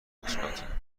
مثبته